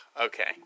okay